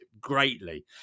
greatly